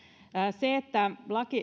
se että